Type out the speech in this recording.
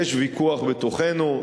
יש ויכוח בתוכנו,